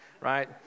right